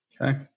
Okay